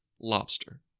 lobster